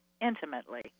intimately